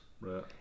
Right